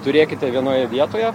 turėkite vienoje vietoje